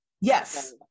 Yes